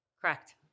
Correct